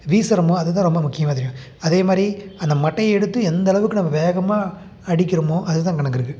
வீசுகிறோமோ அது தான் ரொம்ப முக்கியமாக தெரியும் அதே மாதிரி அந்த மட்டையை எடுத்து எந்த அளவுக்கு நம்ம வேகமாக அடிக்கிறோமோ அது தான் கணக்கு இருக்குது